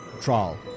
trial